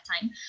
time